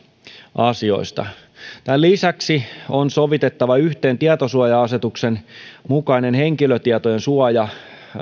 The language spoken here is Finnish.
asioista tämän lisäksi on sovitettava yhteen tietosuoja asetuksen mukainen henkilötietojen suoja